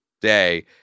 day